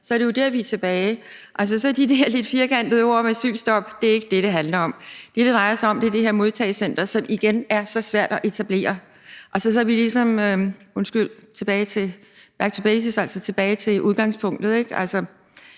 Det er der, vi er tilbage, og så er det ikke de der lidt firkantede ord om asylstop, det handler om. Det, det drejer sig om, er det her modtagecenter, som igen er så svært at etablere. Og så hører vi det, som om det er back to basics, altså tilbage til udgangspunktet,